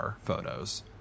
photos